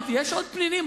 אמרתי שיש עוד פנינים,